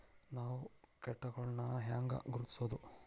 ನಾವ್ ಕೇಟಗೊಳ್ನ ಹ್ಯಾಂಗ್ ಗುರುತಿಸೋದು?